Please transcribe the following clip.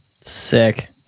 Sick